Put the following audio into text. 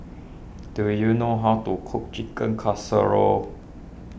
do you know how to cook Chicken Casserole